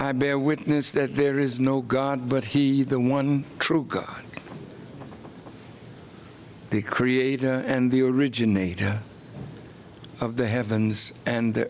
i bear witness that there is no god but he the one true god the creator and the originator of the heavens and